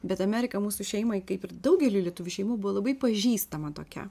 bet amerika mūsų šeimai kaip ir daugeliui lietuvių šeimų buvo labai pažįstama tokia